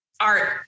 art